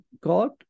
God